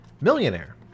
millionaire